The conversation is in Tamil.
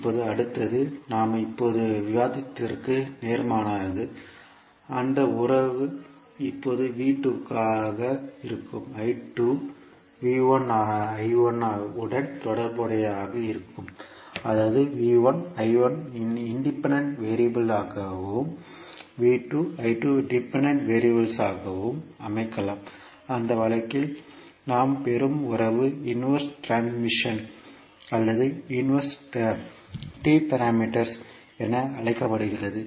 இப்போது அடுத்தது நாம் இப்போது விவாதித்ததற்கு நேர்மாறானது அந்த உறவு இப்போது ஆக இருக்கும் உடன் தொடர்புடையதாக இருக்கும் அதாவது ஐ இன்டிபெண்டன்ட் வெறியபிள்களாகவும் டிபெண்டன்ட் வெறியபிள்களாகவும் dependent variables அமைக்கலாம் அந்த வழக்கில் நாம் பெறும் உறவு இன்வர்ஸ் டிரான்ஸ்மிஷன் அல்லது இன்வர்ஸ் T பாராமீட்டர்ஸ் என அழைக்கப்படுகிறது